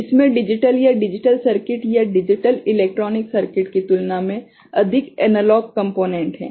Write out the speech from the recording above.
इसमे डिजिटल या digital circuit या डिजिटल इलेक्ट्रॉनिक सर्किट की तुलना में अधिक एनालॉग कम्पोनेंट है